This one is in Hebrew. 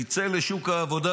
הוא יצא מהנחת עבודה